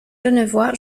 genevois